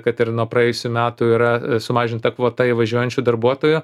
kad ir nuo praėjusių metų yra sumažinta kvota įvažiuojančių darbuotojų